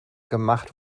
gemacht